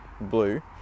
blue